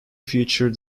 feature